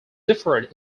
differed